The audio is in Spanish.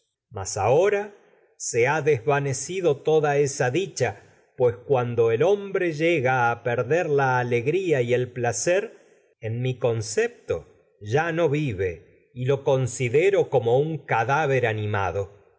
mas ahora ha desvanecido toda dicha pues cuando el hom y bre to llega a perder la alegría el placer en mi concep ya no vive y lo considero pues como un cadáver animado